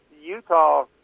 Utah